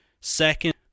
Second